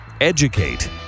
Educate